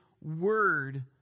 word